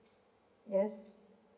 yes